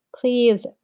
Please